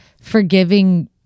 forgiving